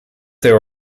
there